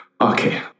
okay